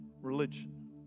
religion